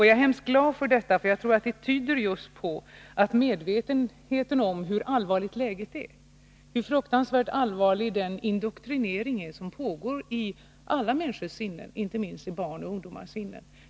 Jag är mycket glad för detta, för det tyder på en ökad medvetenhet om hur allvarligt läget är, hur fruktansvärt allvarlig den indoktrinering är som pågår i alla människors sinnen — inte minst i barns och ungdomars sinnen.